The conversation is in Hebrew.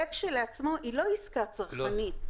זה כשלעצמו אינו עסקה צרכנית.